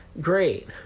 great